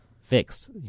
fix